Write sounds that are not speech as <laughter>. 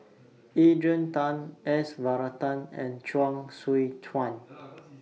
Adrian Tan S Varathan and Chuang <unintelligible> Tsuan